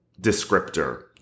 descriptor